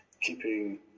keeping